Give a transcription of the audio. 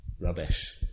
rubbish